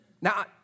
Now